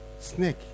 Snake